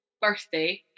birthday